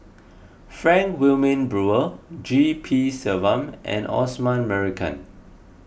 Frank Wilmin Brewer G P Selvam and Osman Merican